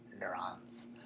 neurons